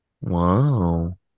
Wow